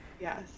Yes